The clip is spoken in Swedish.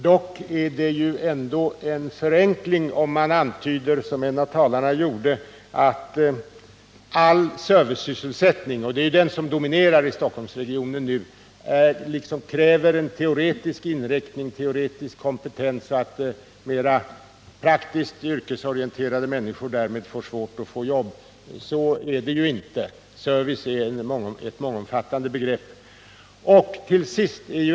Det är dock att förenkla om man, som en av talarna gjorde, antyder att all servicesysselsättning — och det är den som nu dominerar i Stockhol.nsregionen — kräver en teoretisk inriktning och kompetens och att mer praktiskt yrkesorienterade människor därmed får svårt att få jobb. Så är det inte — service är ett mångomfattande begrepp.